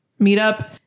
meetup